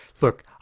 Look